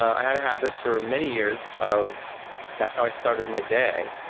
i had a habit for many years of that's how i started my day